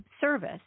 service